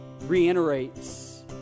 reiterates